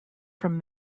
from